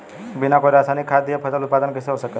बिना कोई रसायनिक खाद दिए फसल उत्पादन कइसे हो सकेला?